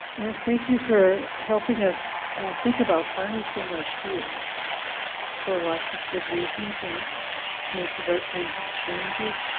and thank you for helping us think about harnessing our fear for lots of good reasons, and make the right kinds of changes.